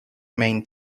main